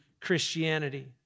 Christianity